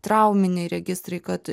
trauminiai registrai kad